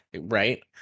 Right